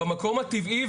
במקום הטבעי,